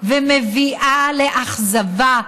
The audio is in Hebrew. ומביאה לאכזבה.